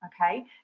okay